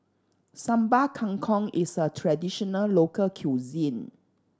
Sambal Kangkong is a traditional local cuisine